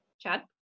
chad